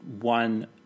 one